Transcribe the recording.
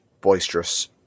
boisterous